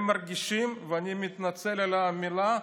הם מרגישים, ואני מתנצל על המילה,